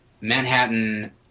Manhattan